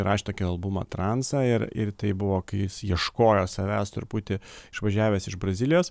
įrašė tokį albumą transą ir ir tai buvo kai jis ieškojo savęs truputį išvažiavęs iš brazilijos